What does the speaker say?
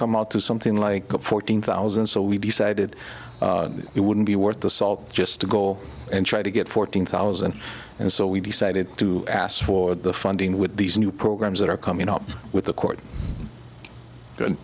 come out to something like fourteen thousand so we decided it wouldn't be worth the salt just to go and try to get fourteen thousand and so we decided to ask for the funding with these new programs that are coming up with the court